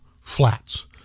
flats